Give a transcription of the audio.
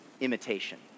imitation